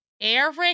Eric